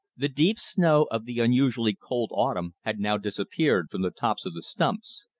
the deep snow of the unusually cold autumn had now disappeared from the tops of the stumps.